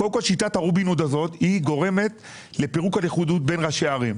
קודם כל שיטת הרובין הוד הזאת היא גורמת לפירוק הלכידות בין ראשי הערים.